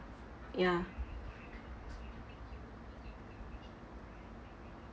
ya